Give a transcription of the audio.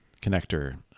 connector